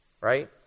Right